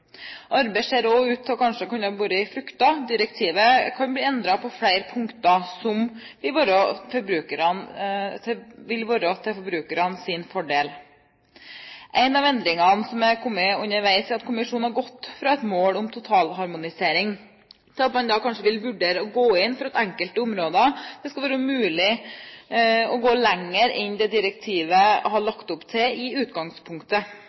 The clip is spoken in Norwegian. ser også ut til kanskje å ha båret frukter. Direktivet kan bli endret på flere punkter som vil være til forbrukernes fordel. En av endringene som er kommet underveis, er at kommisjonen har gått fra et mål om totalharmonisering til at man kanskje vil vurdere å gå inn for at det på enkelte områder skal være mulig å gå lenger enn det direktivet har lagt opp til i utgangspunktet.